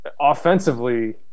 offensively